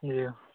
यऽ